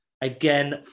Again